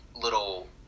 little